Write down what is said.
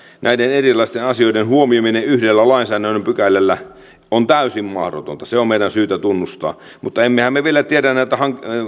näiden erilaisten asioiden huomioiminen yhdellä lainsäädännön pykälällä on täysin mahdotonta se on meidän syytä tunnustaa mutta emmehän me me vielä tiedä näitä